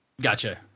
Gotcha